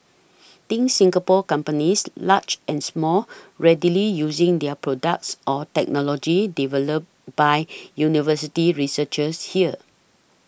think Singapore companies large and small readily using their products or technology developed by university researchers here